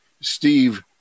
Steve